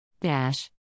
dash